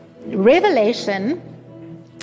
revelation